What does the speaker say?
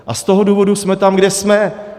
A z toho důvodu jsme tam, kde jsme.